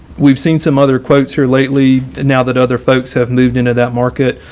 we've seen some other quotes here lately, now that other folks have moved into that market.